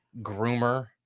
groomer